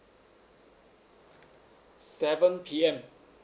seven P_M